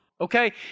Okay